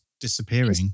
disappearing